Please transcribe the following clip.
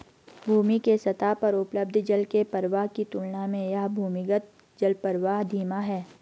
भूमि के सतह पर उपलब्ध जल के प्रवाह की तुलना में यह भूमिगत जलप्रवाह धीमा है